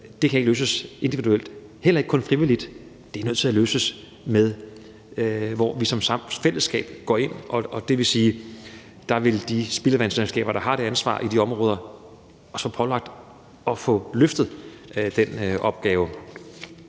Det kan ikke løses individuelt og heller ikke kun frivilligt. Det er nødt til at blive løst, ved at vi som samfund i fællesskab går ind i det. Det vil sige, at de spildevandsselskaber, der har et ansvar i de områder, også bliver pålagt at få løftet den opgave.